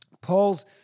Paul's